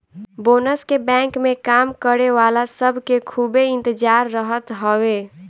bonus के bank में काम करे वाला सब के खूबे इंतजार रहत हवे